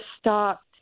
stopped